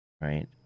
Right